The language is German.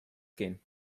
gehen